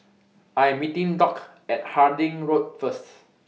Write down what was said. I Am meeting Dock At Harding Road First